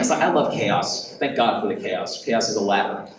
i love chaos. thank god for the chaos. chaos is a ladder.